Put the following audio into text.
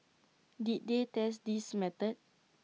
did they test this method